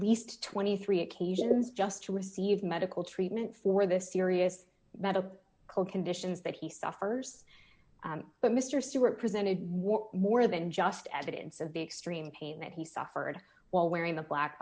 least twenty three occasions just to receive medical treatment for the serious medical conditions that he suffers but mr stewart presented more more than just evidence of the extreme pain that he suffered while wearing the black